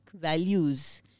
values